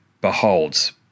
Beholds